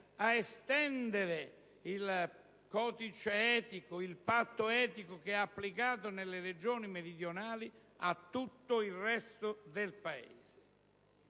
ad estendere il codice etico che ha applicato nelle Regioni meridionali a tutto il resto del Paese.